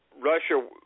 Russia